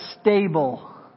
stable